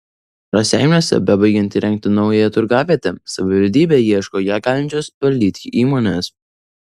raseiniuose bebaigiant įrengti naująją turgavietę savivaldybė ieško ją galinčios valdyti įmonės